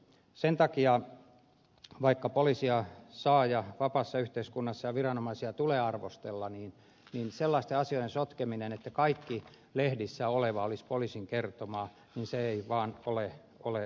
sen takia vaikka poliisia saa ja vapaassa yhteiskunnassa viranomaisia tulee arvostella sellaisten asioiden sotkeminen että kaikki lehdissä oleva olisi poliisin kertomaa se ei vaan ole totta